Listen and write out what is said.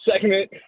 segment